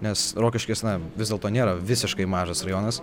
nes rokiškis na vis dėlto nėra visiškai mažas rajonas